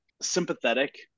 Sympathetic